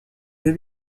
jeux